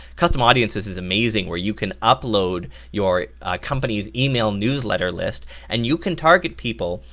custom audiences is amazing where you can upload your company's email newsletter list and you can target people,